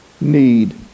need